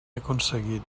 aconseguit